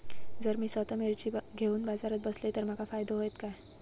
जर मी स्वतः मिर्ची घेवून बाजारात बसलय तर माका फायदो होयत काय?